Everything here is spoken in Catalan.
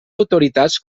autoritats